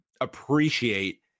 appreciate